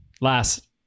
last